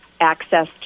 access